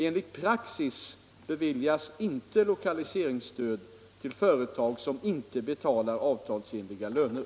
Enligt praxis beviljas inte lokaliseringsstöd till företag som inte betalar avtalsenliga löner.